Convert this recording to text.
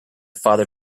father